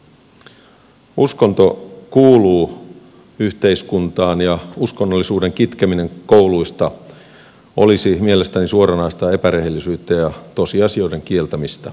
uskonto kuuluu yhteiskuntaan ja uskonnollisuuden kitkeminen kouluista olisi mielestäni suoranaista epärehellisyyttä ja tosiasioiden kieltämistä